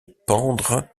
pendre